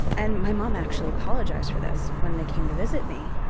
and my mom actually apologized for this when they came to visit me.